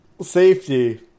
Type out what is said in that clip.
safety